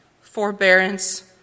forbearance